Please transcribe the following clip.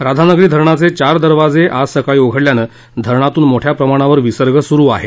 राधानगरी धरणाचे चार दरवाजे आज सकाळी उघडल्यानं धरणातून मोठया प्रमाणांवर विसर्ग सुरुआहे